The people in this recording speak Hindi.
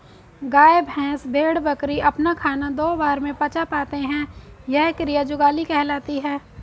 गाय, भैंस, भेड़, बकरी अपना खाना दो बार में पचा पाते हैं यह क्रिया जुगाली कहलाती है